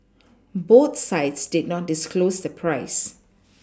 both sides did not disclose the price